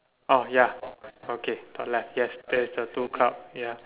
oh ya okay top left yes there is a two cloud ya